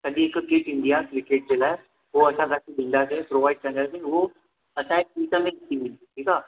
सॼी हिक किट ईंदी आहे क्रिकेट जे लाए हू असां तांखे डींदासीं प्रॉवाइड कंदासीं हू असाये विच में थींदी ठीक आ